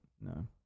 No